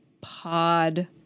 pod